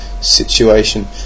situation